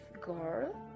girl